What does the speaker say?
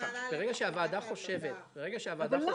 ברגע שהוועדה חושבת --- אבל למה?